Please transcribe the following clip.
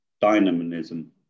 dynamism